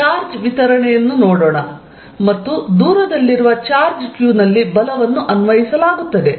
charge ವಿತರಣೆಯನ್ನು ನೋಡೋಣ ಮತ್ತು ದೂರದಲ್ಲಿರುವ ಚಾರ್ಜ್ q ನಲ್ಲಿ ಬಲವನ್ನು ಅನ್ವಯಿಸಲಾಗುತ್ತದೆ